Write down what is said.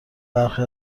برخی